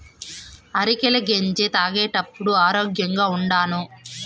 అరికెల గెంజి తాగేప్పుడే ఆరోగ్యంగా ఉండాను